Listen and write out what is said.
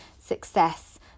success